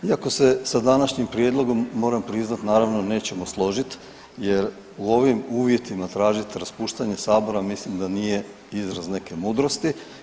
Iako se sa današnjim prijedlogom moram priznati naravno nećemo složiti, jer u ovim uvjetima tražiti raspuštanje Sabora mislim da nije izraz neke mudrosti.